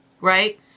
Right